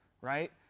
right